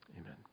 Amen